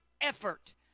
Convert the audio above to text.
effort